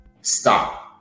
Stop